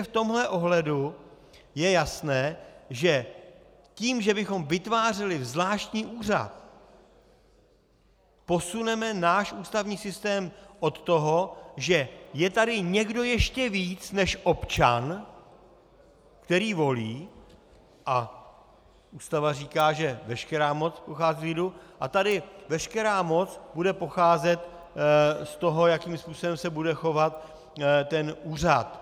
V tomhle ohledu je jasné, že tím, že bychom vytvářeli zvláštní úřad, posuneme náš ústavní systém od toho, že je tady někdo ještě víc než občan, který volí, a Ústava říká, že veškerá moc pochází z lidu, a tady veškerá moc bude pocházet z toho, jakým způsobem se bude chovat úřad.